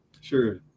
Sure